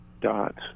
dots